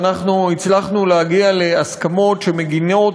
אנחנו הצלחנו להגיע להסכמות שמגינות